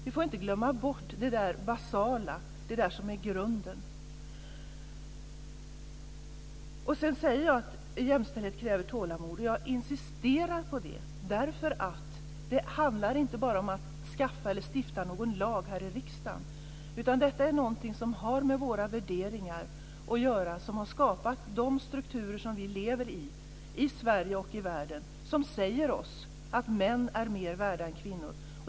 Vi får alltså inte glömma bort det basala, det som är grunden. Jag säger att jämställdhet kräver tålamod och jag insisterar på det därför att det inte bara handlar om att stifta en lag här i riksdagen, utan detta är något som har med våra värderingar att göra och som har skapat de strukturer som vi lever i - det gäller både i Sverige och i världen - och som säger oss att män är mer värda än kvinnor.